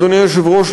אדוני היושב-ראש,